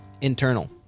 Internal